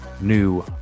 new